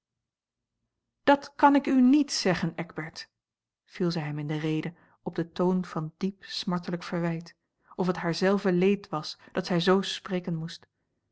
dat kan ik u niet zeggen eckbert viel zij hem in de rede op den toon van diep smartelijk verwijt of het haar zelve leed was dat zij z spreken moest